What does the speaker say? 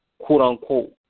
quote-unquote